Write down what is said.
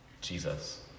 Jesus